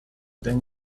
them